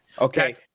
okay